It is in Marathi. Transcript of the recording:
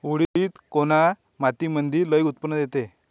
उडीद कोन्या मातीमंदी लई उत्पन्न देते?